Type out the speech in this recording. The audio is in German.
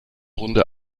runde